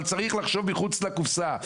אבל צריך לחשוב מחוץ לקופסה,